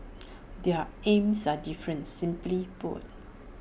their aims are different simply put